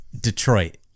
Detroit